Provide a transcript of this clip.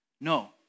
No